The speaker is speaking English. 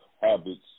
habits